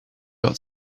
got